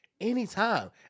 anytime